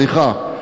סליחה.